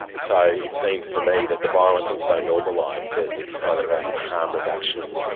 so it seems to me that the violence is so normalised that it's kind of a harm reduction